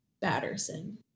Batterson